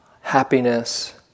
happiness